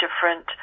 different